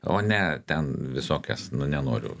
o ne ten visokias nu nenoriu